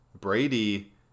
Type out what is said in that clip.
Brady